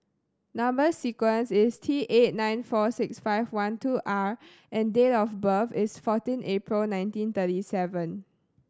number sequence is T eight nine four six five one two R and date of birth is fourteen April nineteen thirty seven